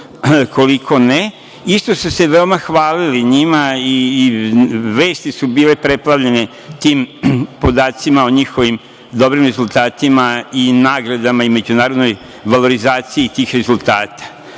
koliko ne. Isto su se veoma hvalili njima i vesti su bile preplavljene tim podacima o njihovim dobrim rezultatima i nagradama i međunarodnoj valorizaciji tih rezultata. Ministar